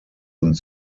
und